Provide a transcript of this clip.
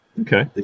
Okay